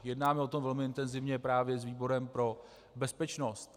Jednáme o tom velmi intenzivně právě s výborem pro bezpečnost.